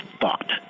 thought